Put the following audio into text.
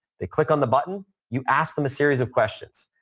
they click on the button. you ask them a series of questions,